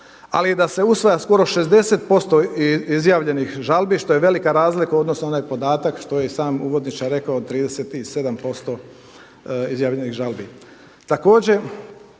Ali da se usvaja skoro 60% izjavljenih žalbi što je velika razlika u odnosu na onaj podatak što je i sam uvodničar rekao od 37% izjavljenih žalbi.